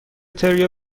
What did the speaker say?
تریا